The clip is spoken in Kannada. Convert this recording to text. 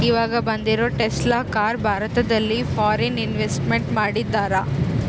ಈವಾಗ ಬಂದಿರೋ ಟೆಸ್ಲಾ ಕಾರ್ ಭಾರತದಲ್ಲಿ ಫಾರಿನ್ ಇನ್ವೆಸ್ಟ್ಮೆಂಟ್ ಮಾಡಿದರಾ